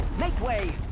make way!